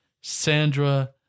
Sandra